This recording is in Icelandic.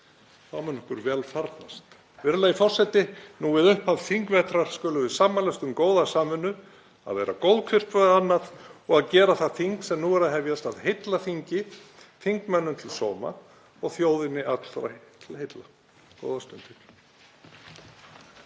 Þá mun okkur vel farnast. Virðulegi forseti. Nú við upphaf þingvetrar skulum við sammælast um góða samvinnu, að vera góð hvert við annað og að gera það þing sem nú er að hefjast að heillaþingi, þingmönnum til sóma og þjóðinni allri til heilla.